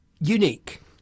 unique